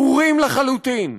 ברורים לחלוטין: